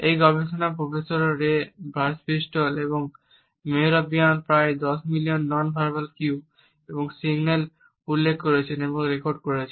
এই গবেষকরা professor Ray Birdwhistell এবং মেহরাবিয়ান প্রায় দশ মিলিয়ন নন ভার্বাল কিউ এবং সিগন্যাল উল্লেখ করেছেন এবং রেকর্ড করেছেন